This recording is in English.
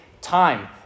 time